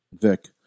Vic